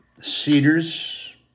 cedars